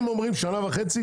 אם אומרים שנה וחצי,